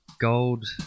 gold